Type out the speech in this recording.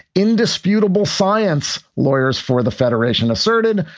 indisputable science, lawyers for the federation asserted,